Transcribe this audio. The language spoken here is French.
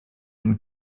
une